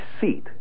seat